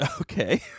Okay